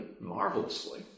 marvelously